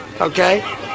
Okay